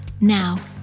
now